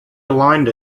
aligned